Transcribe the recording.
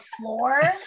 floor